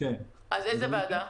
לאיזה ועדה?